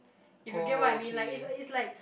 if you get what I mean like it's uh it's like